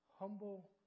Humble